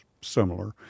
similar